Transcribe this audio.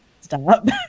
Stop